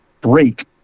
break